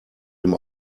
dem